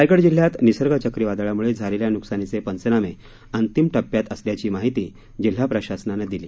रायगड जिल्ह्यात निसर्ग चक्रीवादळाम्ळे झालेल्या न्कसानीचे पंचनामे अंतिम टप्प्यात असल्याची माहिती जिल्हा प्रशासनानं दिली